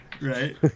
Right